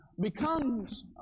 becomes